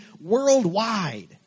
worldwide